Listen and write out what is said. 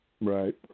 Right